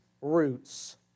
roots